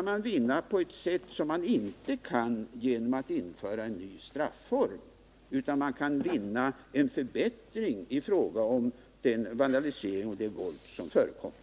mycket som man inte skulle vinna genom att införa en ny strafform, nämligen en förbättring i fråga om den vandalisering och det våld som förekommer.